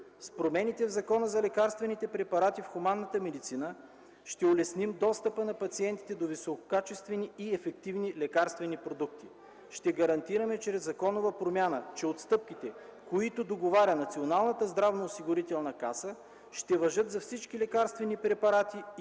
С промените в Закона за лекарствените препарати в хуманната медицина ще улесним достъпа на пациентите до висококачествени и ефективни лекарствени продукти. Ще гарантираме чрез законова промяна, че отстъпките, които договаря Националната здравноосигурителна каса, ще важат за всички лекарствени препарати и по